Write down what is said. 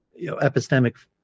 epistemic